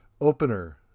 Opener